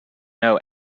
know